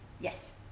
Yes